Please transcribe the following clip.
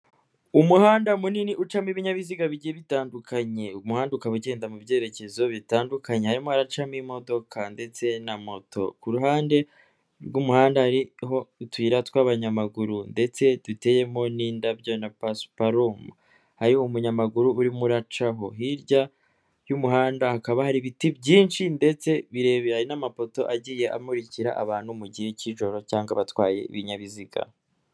Umuhanda munini ucamo ibinyabiziga bigiye bitandukanye, umuhanda ukaba ugenda mu byerekezo bitandukanye harimo aracamo imodoka ndetse na moto, ku ruhande rw'umuhanda hari utuyira tw'abanyamaguru ndetse duteyemo n'indabyo na pasiparumu, hari umunyamaguru urimo uracamo. Hirya y'umuhanda hakaba hari ibiti byinshi ndetse birebire n'amapoto agiye amurikira abantu mu gihe k'ijoro cyangwa abatwaye ibinyabiziga.